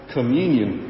Communion